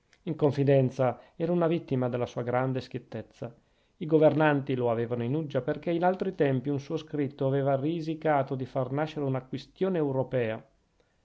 in confidenza era una vittima della sua grande schiettezza i governanti lo avevano in uggia perchè in altri tempi un suo scritto aveva risicato di far nascere una quistione europea